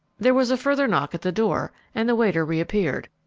there was a further knock at the door, and the waiter reappeared.